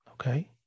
okay